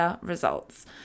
Results